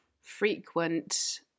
frequent